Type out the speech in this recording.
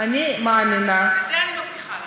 את זה אני מבטיחה לך.